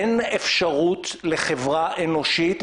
אין אפשרות לחברה אנושית,